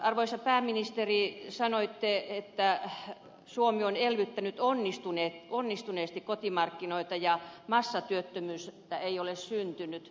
arvoisa pääministeri sanoitte että suomi on elvyttänyt onnistuneesti kotimarkkinoita ja massatyöttömyyttä ei ole syntynyt